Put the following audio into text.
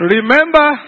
Remember